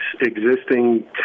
existing